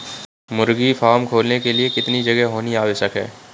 मुर्गी फार्म खोलने के लिए कितनी जगह होनी आवश्यक है?